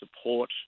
support